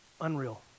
unreal